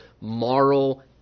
moral